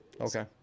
Okay